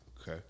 Okay